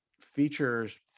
features